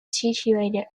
situated